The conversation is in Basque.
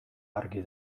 argi